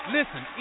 Listen